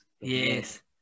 Yes